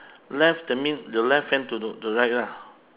left that mean the left hand to the right lah